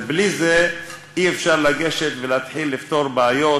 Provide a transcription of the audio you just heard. ובלי זה אי-אפשר לגשת ולהתחיל לפתור בעיות,